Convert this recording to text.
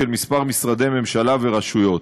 של כמה משרדי ממשלה ורשויות.